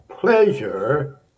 pleasure